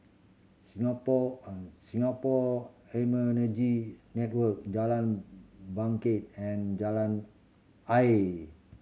Singapore Singapore Immunology Network Jalan Bangket and Jalan Ayer